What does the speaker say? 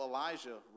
Elijah